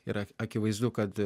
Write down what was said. yra akivaizdu kad